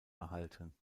erhalten